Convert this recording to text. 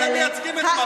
אתם מייצגים את מפ"ם?